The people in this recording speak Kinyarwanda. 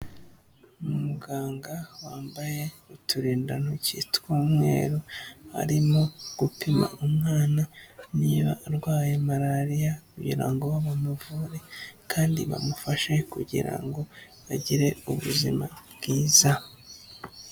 Ni umuganga wambaye uturindantoki tw'umweru, arimo gupima umwana niba arwaye malariya kugira ngo bamuvure kandi bamufashe kugira ngo agire ubuzima bwiza.